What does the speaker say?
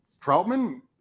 Troutman